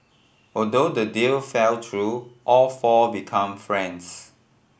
although the deal fell through all four become friends